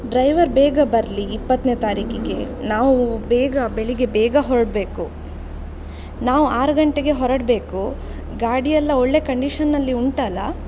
driver ಬೇಗ ಬರಲಿ ಇಪ್ಪತ್ತನೇ ತಾರೀಕಿಗೆ ನಾವು ಬೇಗ ಬೆಳಿಗ್ಗೆ ಬೇಗ ಹೊರಡ್ಬೇಕು ನಾವು ಆರು ಗಂಟೆಗೆ ಹೊರಡಬೇಕು ಗಾಡಿಯೆಲ್ಲ ಒಳ್ಳೆಯ ಕಂಡೀಷನ್ನಲ್ಲಿ ಉಂಟಲ್ಲಾ